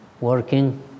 working